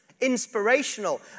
inspirational